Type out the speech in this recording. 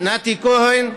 נתי כהן,